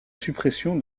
suppression